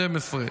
בדצמבר,